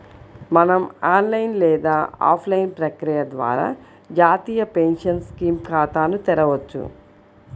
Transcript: మనం ఆన్లైన్ లేదా ఆఫ్లైన్ ప్రక్రియ ద్వారా జాతీయ పెన్షన్ స్కీమ్ ఖాతాను తెరవొచ్చు